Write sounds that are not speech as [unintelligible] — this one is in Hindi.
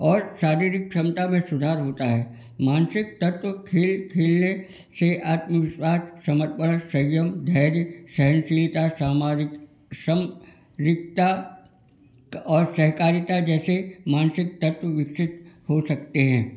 और शारीरिक क्षमता में सुधार होता है मानसिक तत्व खेल खेलने से आत्मविश्वास समर्पण संयम धैर्य सहनशीलता सामाजिक सम रिकता [unintelligible] और सहकारिता जैसे मानसिक तत्व विकसित हो सकते हैं